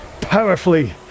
powerfully